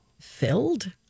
filled